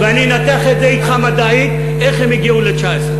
ואני אנתח את זה אתך מדעית, איך הם הגיעו ל-19.